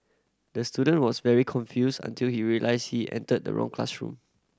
the student was very confused until he realised he entered the wrong classroom